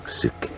sick